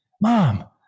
Mom